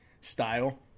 style